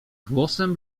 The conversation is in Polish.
głosem